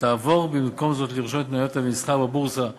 ותעבור במקום זאת לרשום את מניותיה למסחר בבורסה בקפריסין,